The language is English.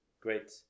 Great